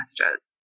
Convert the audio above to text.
messages